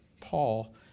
Paul